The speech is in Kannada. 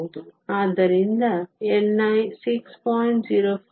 ಆದ್ದರಿಂದ ni 6